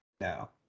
No